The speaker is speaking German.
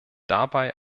dabei